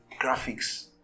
graphics